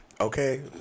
Okay